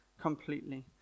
completely